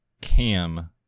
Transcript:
Cam